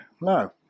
No